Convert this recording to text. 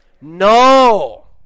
No